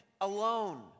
alone